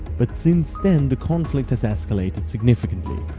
but since then the conflict has escalated significantly.